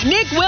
Nick